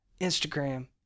Instagram